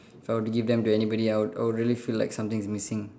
if I were to give them to anybody out I would really feel like something is missing